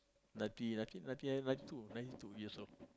ninety ninety ninety two ninety two years old